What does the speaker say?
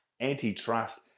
Antitrust